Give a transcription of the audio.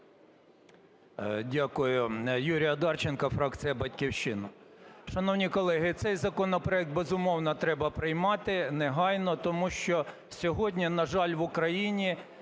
Дякую. Юрій Одарченко, фракція "Батьківщина". Шановні колеги, цей законопроект безумовно треба приймати негайно, тому що сьогодні, на жаль, в Україні